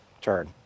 turn